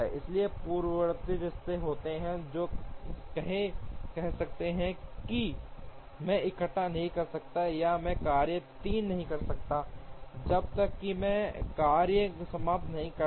इसलिए पूर्ववर्ती रिश्ते होते हैं जो कह सकते हैं कि मैं इकट्ठा नहीं कर सकता या मैं कार्य 3 नहीं कर सकता जब तक कि मैं कार्य समाप्त नहीं करता